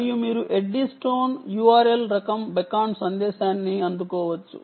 మరియు మీరు Eddystone URL రకం బీకాన్ సందేశాన్ని అందుకోవచ్చు